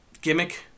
gimmick